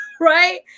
right